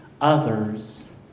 others